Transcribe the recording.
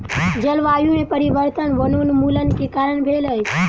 जलवायु में परिवर्तन वनोन्मूलन के कारण भेल अछि